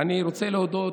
אני רוצה להודות